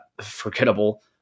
forgettable